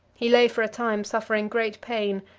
he lay for a time suffering great pain,